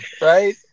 right